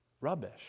rubbish